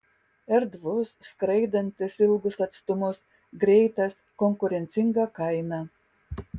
erdvus skraidantis ilgus atstumus greitas konkurencinga kaina